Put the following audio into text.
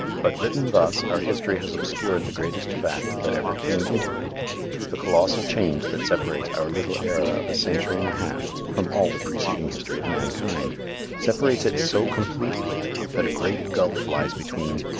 but written thus our history has obscured the greatest fact that ever came into it the colossal change that separates our little era of a century and a half from all the preceding history of mankind separates it so completely that a great gulf lies between,